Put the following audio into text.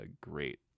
great